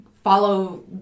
follow